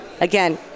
Again